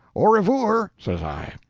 o revoor, says i.